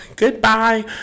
goodbye